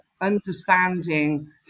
understanding